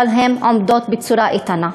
אבל הן עומדות בצורה איתנה.